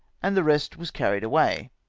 and the rest was carried away.